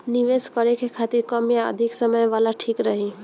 निवेश करें के खातिर कम या अधिक समय वाला ठीक रही?